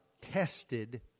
tested